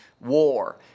war